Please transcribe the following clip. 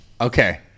Okay